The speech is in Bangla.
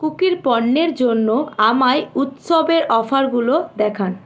কুকির পণ্যের জন্য আমায় উৎসবের অফারগুলো দেখান